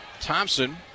Thompson